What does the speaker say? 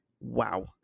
Wow